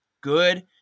good